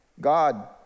God